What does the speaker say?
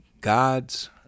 God's